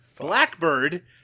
Blackbird